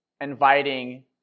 inviting